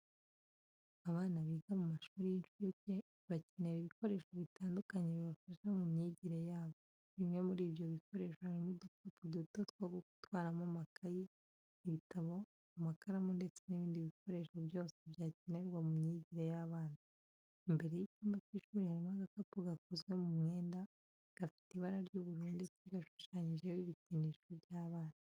Abana biga mu mashuri y'incuke, bakenera ibikoresho bitandukanye bibafasha mu myigire yabo. Bimwe muri ibyo bikoresho harimo udukapo duto two gutwaramo amakaye, ibitabo, amakaramu ndetse n'ibindi bikoresho byose byakenerwa mu myigire y'abana. Imbere y'icyumba cy'ishuri harimo agakapu gakozwe mu mwenda, gafite ibara ry'ubururu ndetse gashushanyijeho ibikinisho by'abana.